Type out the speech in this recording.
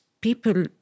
people